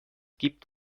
gibt